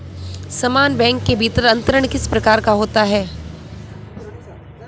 समान बैंक के भीतर अंतरण किस प्रकार का होता है?